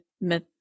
myth